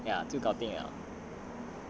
ya 就搞定 liao